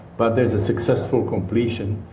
but there's a successful completion,